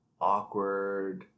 awkward